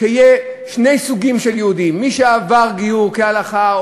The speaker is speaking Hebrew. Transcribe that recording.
יהיו שני סוגים של יהודים: מי שעבר גיור כהלכה,